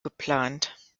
geplant